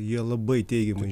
jie labai teigiamai